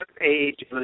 age